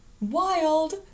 Wild